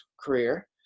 career